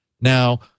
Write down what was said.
Now